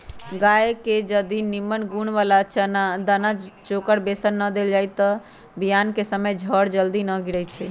गाय के जदी निम्मन गुण बला दना चोकर बेसन न देल जाइ छइ तऽ बियान कें समय जर जल्दी न गिरइ छइ